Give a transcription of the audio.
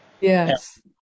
Yes